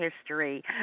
history